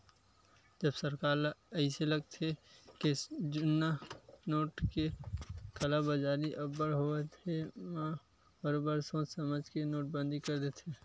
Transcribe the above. जब सरकार ल अइसे लागथे के जुन्ना नोट के कालाबजारी अब्बड़ होवत हे म बरोबर सोच समझ के नोटबंदी कर देथे